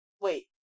Wait